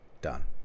done